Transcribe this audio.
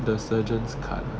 the surgeon's cut